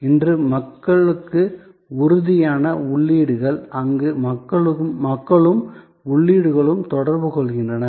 இவை மக்களுக்கு உறுதியான உள்ளீடுகள் அங்கு மக்களும் உள்ளீடுகளும் தொடர்பு கொள்கின்றன